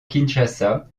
kinshasa